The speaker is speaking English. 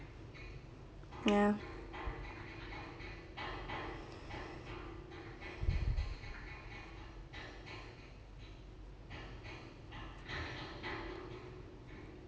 ya